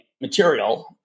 material